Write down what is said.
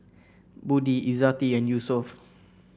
Budi Izzati and Yusuf